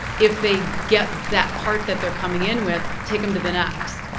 if they get that part that they're coming in with, take them to the next.